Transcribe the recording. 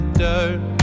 dirt